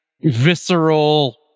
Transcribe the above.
visceral